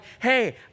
hey